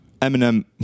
Eminem